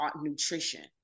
nutrition